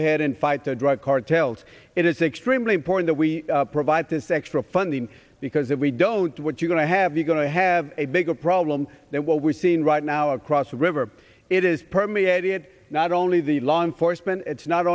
ahead and fight the drug cartels it is extremely important that we provide this extra funding because if we don't do what you're going to have you going to have a bigger problem that what we're seeing right now across the river it is permeated not only the law enforcement it's not